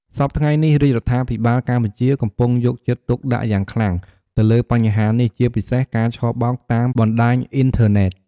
សព្វថ្ងៃនេះ រាជរដ្ឋាភិបាលកម្ពុជា កំពុង យកចិត្តទុកដាក់យ៉ាងខ្លាំង ទៅលើបញ្ហានេះ ជាពិសេសការឆបោកតាមបណ្ដាញអ៊ីនធឺណិត។